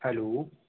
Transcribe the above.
hello